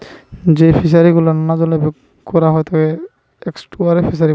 যেই ফিশারি গুলা নোনা জলে কোরা হয় তাকে এস্টুয়ারই ফিসারী বোলছে